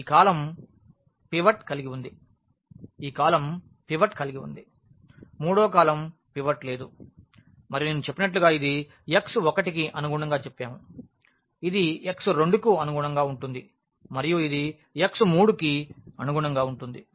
ఈ column pivot కలిగి ఉంది ఈ కాలమ్ పివట్ కలిగి ఉంది మూడవ కాలమ్ పివట్ లేదు మరియు నేను చెప్పినట్లుగా ఇది x1కి అనుగుణంగా చెప్పాము ఇది x2 కి అనుగుణంగా ఉంటుంది మరియు ఇది x3కి అనుగుణంగా ఉంటుంది